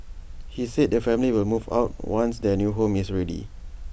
he said the family will move out once their new home is ready